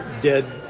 dead